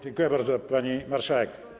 Dziękuję bardzo, pani marszałek.